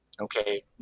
okay